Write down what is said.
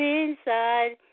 inside